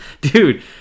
Dude